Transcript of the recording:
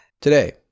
today